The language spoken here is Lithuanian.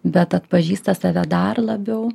bet atpažįsta save dar labiau